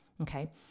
Okay